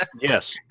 Yes